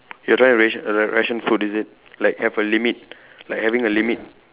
you're trying to ration ra~ ration food is it like have a limit like having a limit